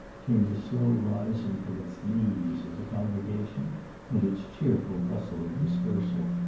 came the slow rising from its knees of the congregation and its cheerful bustle of dispersal.